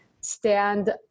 stand